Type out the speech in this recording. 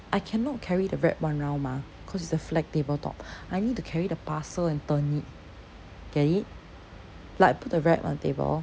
I cannot carry the wrap one round mah cause it's a flat table top I need to carry the parcel and turn it get it like I put the wrap on the table